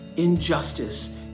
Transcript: injustice